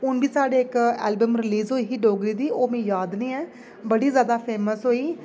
हून बी साढ़े इक ऐल्बम रलीज होई ही डोगरी दी ओह् मी याद नेईं ऐ बड़ी जैदा फैम्स होई